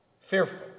fearful